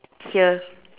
here